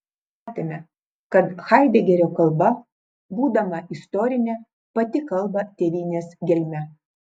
matėme kad haidegerio kalba būdama istorinė pati kalba tėvynės gelme